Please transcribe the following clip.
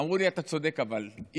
אמרו לי: אתה צודק, אבל אי-אפשר.